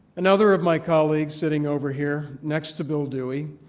another of my colleagues sitting over here next to bill dewey,